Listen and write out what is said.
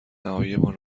نهاییمان